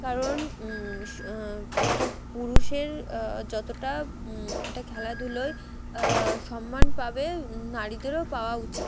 কারণ একটা পুরুষের যতটা একটা খেলাধুলোয় সম্মান পাবে নারীদেরও পাওয়া উচিত